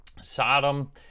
Sodom